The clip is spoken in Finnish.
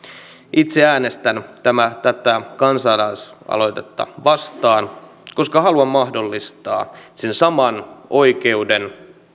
itse äänestän tätä kansalaisaloitetta vastaan koska haluan mahdollistaa sen saman oikeuden